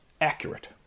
accurate